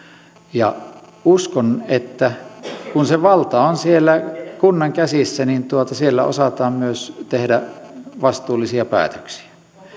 ja uskon että kun se valta on siellä kunnan käsissä niin siellä osataan myös tehdä vastuullisia päätöksiä